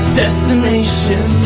destination